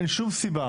אין שום סיבה